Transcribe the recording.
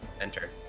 Enter